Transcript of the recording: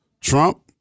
Trump